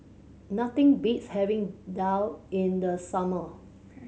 nothing beats having daal in the summer